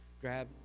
grab